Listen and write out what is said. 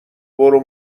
برو